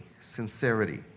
sincerity